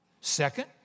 Second